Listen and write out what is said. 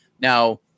Now